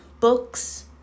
books